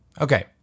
Okay